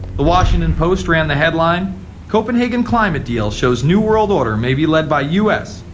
the washington post ran the headline copenhagen climate deal shows new world order may be led by u s,